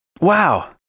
Wow